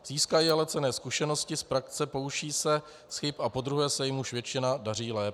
Získají ale cenné zkušenosti z praxe, poučí se z chyb a podruhé se jim už většinou daří lépe.